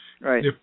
Right